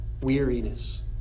weariness